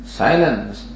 silence